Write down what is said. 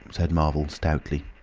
said marvel, stoutly.